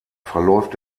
verläuft